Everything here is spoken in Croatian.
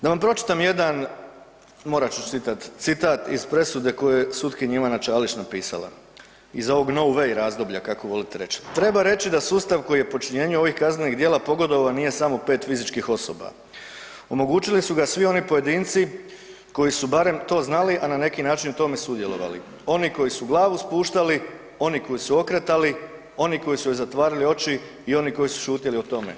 Da vam pročitam jedan, morat ću čitat, citat iz presude koji je sutkinja Ivana Čalić napisala, iz ovog no way razdoblja kako volite reći, treba reći da sustav koji je u počinjenju ovih kaznenih djela pogodovao nije samo 5 fizičkih osoba, omogućili su ga svi oni pojedinci koji su barem to znali a na neki način i u tom sudjelovali, oni koji su glavu spuštali, oni koji su okretali, oni koji su joj zatvarali oči i oni koji su šutjeli o tome.